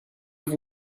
have